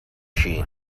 she